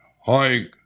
Hi